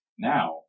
Now